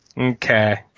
Okay